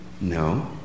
no